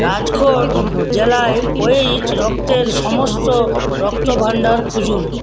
রাজকোট জেলায় ওএইচ রক্তের সমস্ত রক্তভাণ্ডার খুঁজুন